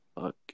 Fuck